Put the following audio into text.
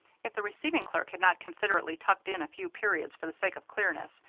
if the receiving clerk had not considerately tucked in a few periods for the sake of clearness,